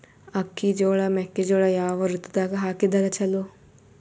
ಅಕ್ಕಿ, ಜೊಳ, ಮೆಕ್ಕಿಜೋಳ ಯಾವ ಋತುದಾಗ ಹಾಕಿದರ ಚಲೋ?